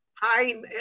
Hi